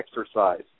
exercise